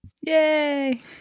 Yay